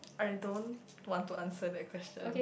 I don't want to answer that question